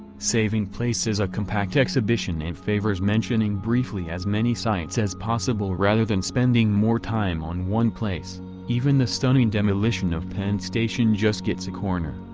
saving place is a compact exhibition and favors mentioning briefly as many sites as possible rather than spending more time on one place even the stunning demolition of penn station just gets a corner.